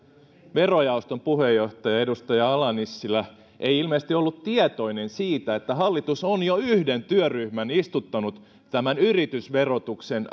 verojaoston puheenjohtaja edustaja ala nissilä ei ilmeisesti ollut tietoinen siitä että hallitus on jo yhden työryhmän istuttanut yritysverotuksen